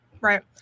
Right